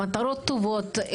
מטרות טובות,